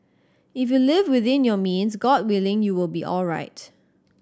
if you live within your means God willing you will be alright